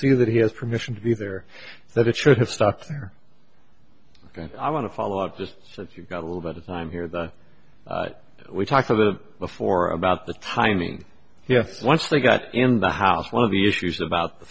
see that he has permission to be there that it should have stopped there ok i want to follow up just so if you've got a little bit of time here that we talked to the before about the timing here once they got in the house one of the issues about the